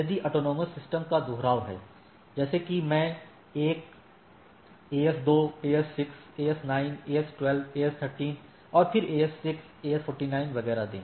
यदि AS का दोहराव है जैसे कि यदि मैं 1 AS 2 AS 6 AS 9 AS 12 AS 13 फिर AS 6 AS 49 वगैरह दे